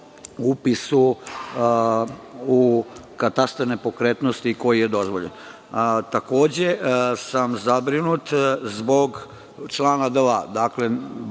upisu u katastar nepokretnosti dozvoljen. Takođe sam zabrinut zbog člana 2.